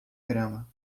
grama